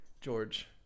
George